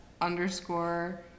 underscore